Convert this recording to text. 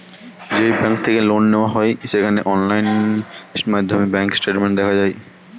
যেই ব্যাঙ্ক থেকে লোন নেওয়া হয় সেখানে অনলাইন মাধ্যমে ব্যাঙ্ক স্টেটমেন্ট দেখা যায়